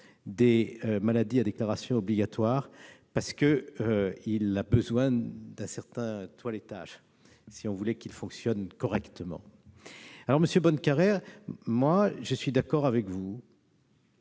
des maladies à déclaration obligatoire, qui a besoin d'un certain toilettage si nous voulons qu'il fonctionne correctement. Monsieur Bonnecarrère, je suis d'accord avec vous